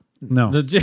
No